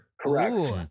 Correct